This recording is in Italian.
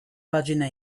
pagina